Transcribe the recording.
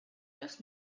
does